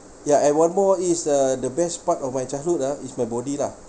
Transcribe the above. ya and one more is uh the best part of my childhood ah it's my body lah